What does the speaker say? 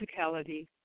physicality